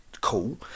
cool